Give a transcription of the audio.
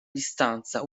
distanza